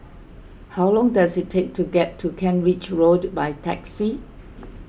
how long does it take to get to Kent Ridge Road by taxi